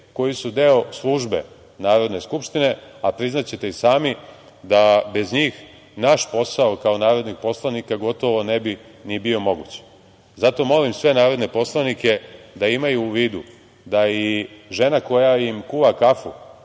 koji su deo Službe Narodne skupštine, a priznaćete i sami da bez njih naš posao kao narodnih poslanika gotovo ne bi ni bio moguć. Zato molim sve narodne poslanike da imaju u vidu da i žena koja im kuva kafu